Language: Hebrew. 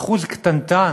אחוז קטנטן,